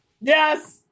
Yes